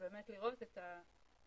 ובאמת לראות את הנוגדנים.